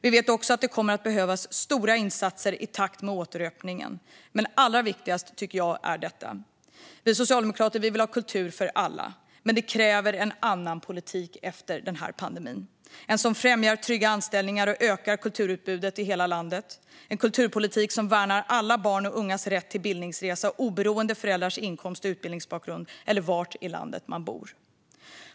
Vi vet också att det kommer att behövas stora insatser i takt med återöppningen, men allra viktigast tycker jag är detta: Vi socialdemokrater vill ha kultur för alla. Det kräver en annan politik efter pandemin, en politik som främjar trygga anställningar och ökar kulturutbudet i hela landet, en kulturpolitik som värnar alla barns och ungas rätt till bildningsresa oberoende av föräldrarnas inkomst och utbildningsbakgrund eller var i landet man bor.